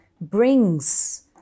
brings